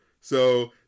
So-